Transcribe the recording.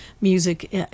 music